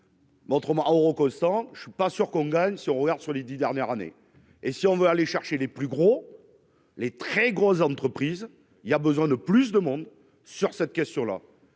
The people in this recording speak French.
Mais autrement, au rock au sens je suis pas sûr qu'on gagne sur Word sur les 10 dernières années, et si on veut aller chercher les plus gros, les très grosses entreprises il y a besoin de plus de monde sur cette question là,